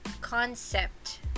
concept